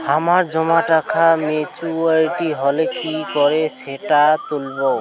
আমার জমা টাকা মেচুউরিটি হলে কি করে সেটা তুলব?